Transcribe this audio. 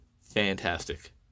Fantastic